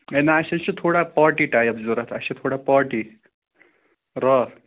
ہے نَہ اَسہِ حظ چھِ تھوڑا پاٹی ٹایِپ ضوٚرَتھ اَسہِ چھِ تھوڑا پاٹی راتھ